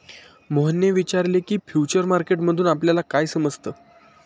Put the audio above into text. मोहनने विचारले की, फ्युचर मार्केट मधून आपल्याला काय समजतं?